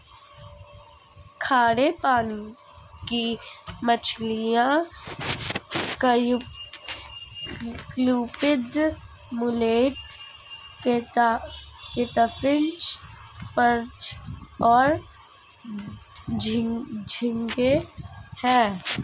खारे पानी की मछलियाँ क्लूपीड, मुलेट, कैटफ़िश, पर्च और झींगे हैं